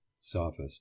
sophist